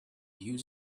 use